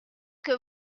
que